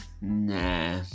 Nah